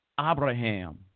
Abraham